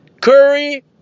Curry